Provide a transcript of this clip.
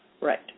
Right